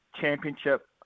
Championship